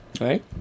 Right